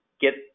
get